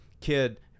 kid